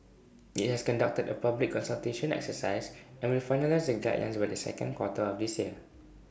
IT has conducted A public consultation exercise and will finalise the guidelines by the second quarter of this year